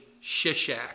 Shishak